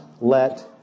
let